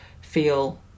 feel